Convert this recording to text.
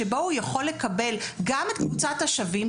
שבהן הוא יכול לקבל את קבוצת השווים שלו,